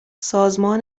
سازمان